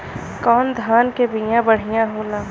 कौन धान के बिया बढ़ियां होला?